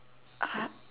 uh